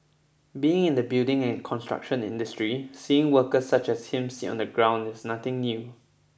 being in the building and construction industry seeing workers such as him sit on the ground is nothing new